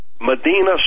Medina